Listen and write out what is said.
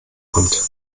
kommt